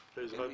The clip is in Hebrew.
הם